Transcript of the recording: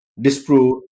disprove